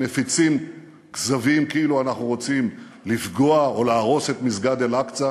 מפיצים כזבים כאילו אנחנו רוצים לפגוע או להרוס את מסגד אל-אקצא